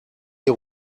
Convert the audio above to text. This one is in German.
ihr